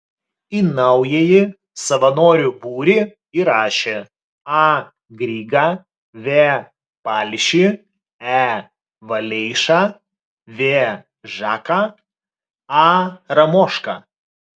į naująjį savanorių būrį įrašė a grygą v palšį e valeišą v žaką a ramošką